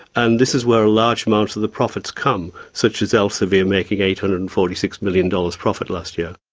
and this is where a large amount of the profits come, such as elsevier making eight hundred and forty six million dollars profit last year.